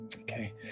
Okay